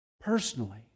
Personally